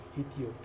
Ethiopia